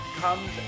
comes